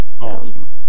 Awesome